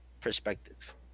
perspective